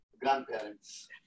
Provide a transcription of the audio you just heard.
grandparents